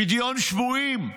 פדיון שבויים.